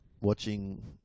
watching